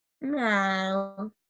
No